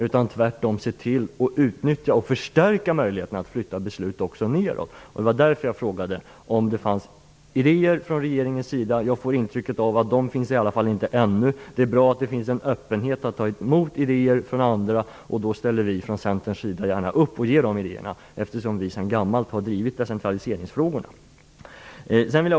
Vi bör tvärtom utnyttja och förstärka möjligheterna att även flytta beslut neråt. Det var därför jag frågade om regeringen hade några idéer. Jag får det intrycket att de inte finns ännu. Det är bra att det finns en öppenhet att ta emot idéer från andra. Vi i Centern ställer gärna upp och ger dessa idéer eftersom vi sedan gammalt har drivit decentraliseringsfrågorna.